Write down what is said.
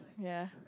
ya